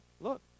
Look